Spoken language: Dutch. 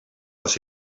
was